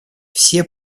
все